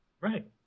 Right